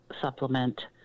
supplement